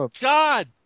God